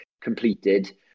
completed